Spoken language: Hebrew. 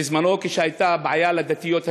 בזמנו, כשהייתה בעיה לדתיות היהודיות,